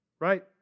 right